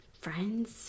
friends